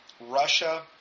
Russia